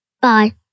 Bye